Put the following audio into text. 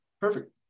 Perfect